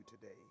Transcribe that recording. today